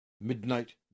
Midnight